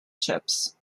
chips